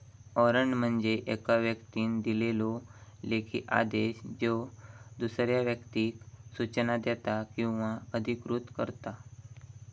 warrant म्हणजे येका व्यक्तीन दिलेलो लेखी आदेश ज्यो दुसऱ्या व्यक्तीक सूचना देता किंवा अधिकृत करता